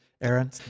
Aaron